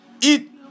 eat